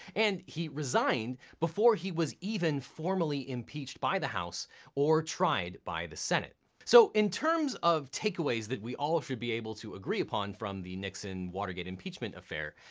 and he resigned before he was even formally impeached by the house or tried by the senate. so in terms of takeaways that we all should be able to agree upon from the nixon watergate impeachment affair,